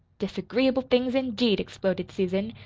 disagreeable things indeed! exploded susan,